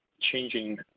changing